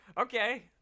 Okay